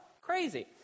Crazy